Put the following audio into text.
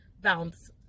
bounce